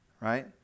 right